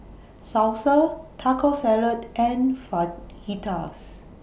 Salsa Taco Salad and Fajitas